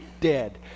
dead